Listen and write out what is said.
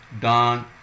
don